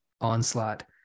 onslaught